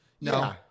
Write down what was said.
No